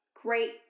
great